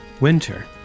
winter